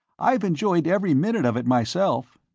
i've enjoyed every minute of it myself.